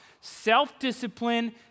Self-discipline